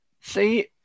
See